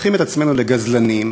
הופכים את עצמנו לגזלנים,